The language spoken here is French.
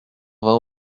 vint